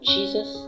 Jesus